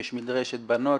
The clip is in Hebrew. יש מדרשת בנות,